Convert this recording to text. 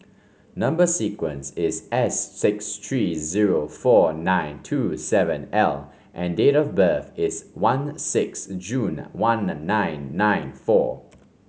number sequence is S six three zero four nine two seven L and date of birth is one six June one nine nine four